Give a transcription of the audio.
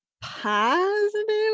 positive